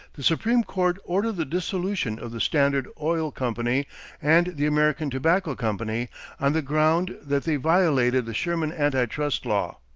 the supreme court ordered the dissolution of the standard oil company and the american tobacco company on the ground that they violated the sherman anti-trust law.